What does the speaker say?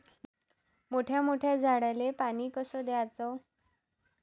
मोठ्या मोठ्या झाडांले पानी कस द्याचं?